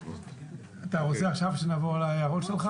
אתה רוצה עכשיו שנעבור על ההערות שלך?